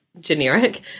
Generic